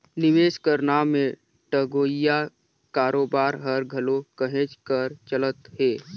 निवेस कर नांव में ठगोइया कारोबार हर घलो कहेच कर चलत हे